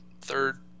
third